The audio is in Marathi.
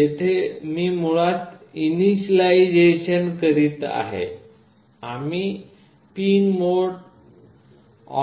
येथे मी मुळात इनिशिएलायझेशन करीत आहे आम्ही पिन मोड